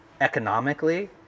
economically